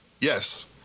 Yes